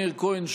מאיר כהן,